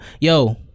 Yo